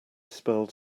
spelled